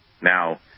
Now